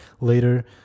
Later